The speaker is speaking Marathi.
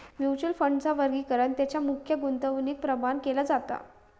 म्युच्युअल फंडांचा वर्गीकरण तेंच्या मुख्य गुंतवणुकीप्रमाण केला जाता